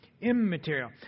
immaterial